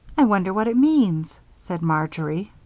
i wonder what it means, said marjory.